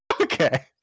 Okay